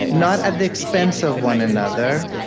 and not at the expense of one another,